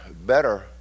better